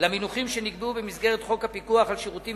למינוח שנקבע במסגרת חוק הפיקוח על שירותים